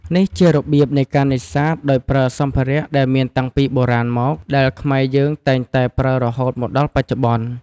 នេះជារបៀបនៃការនេសាទដោយប្រើសម្ភារៈដែលមានតាំងពីបុរាណមកដែលខ្នែរយើងតែងតែប្រើរហូតមកដល់បច្ចុប្បន្នុ។